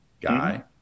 guy